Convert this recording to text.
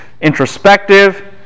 introspective